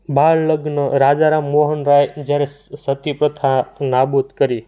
બાળ લગ્ન રાજા રામ મોહન રાય જ્યારે સતી પ્રથા નાબુદ કરી